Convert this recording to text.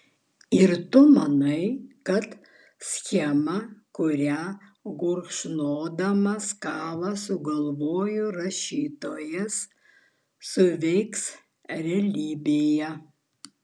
ir tu manai kad schema kurią gurkšnodamas kavą sugalvojo rašytojas suveiks realybėje